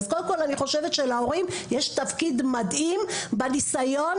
אני חושבת שלהורים יש תפקיד מדהים בניסיון,